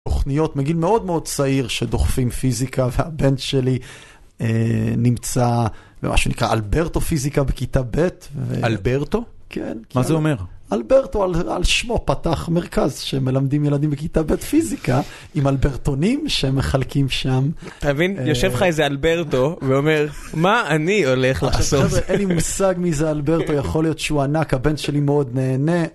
תוכניות מגיל מאוד מאוד צעיר, שדוחפים פיזיקה, והבן שלי נמצא במשהו שנקרא אלברטו פיזיקה בכיתה ב', ו... אלברטו? כן. מה זה אומר? אלברטו על שמו פתח מרכז, שמלמדים ילדים בכיתה ב' פיזיקה, עם אלברטונים שמחלקים שם. אתה מבין? יושב לך איזה אלברטו, ואומר, מה אני הולך לעשות? חבר'ה, אין לי מושג מי זה אלברטו, יכול להיות שהוא ענק, הבן שלי מאוד נהנה.